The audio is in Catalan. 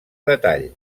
detall